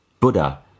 Buddha